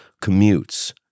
commutes